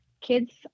kids